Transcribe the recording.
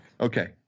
Okay